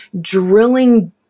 drilling